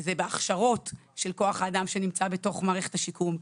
זה בהכשרות של כוח האדם שנמצא בתוך מערכת השיקום.